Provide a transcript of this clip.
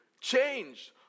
changed